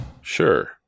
Sure